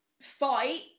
fight